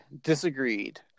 disagreed